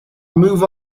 move